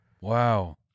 Wow